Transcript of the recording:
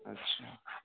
अच्छा